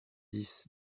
dix